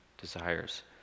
desires